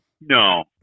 No